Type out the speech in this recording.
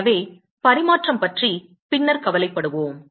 எனவே பரிமாற்றம் பற்றி பின்னர் கவலைப்படுவோம்